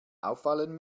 auffallen